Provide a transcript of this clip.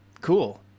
cool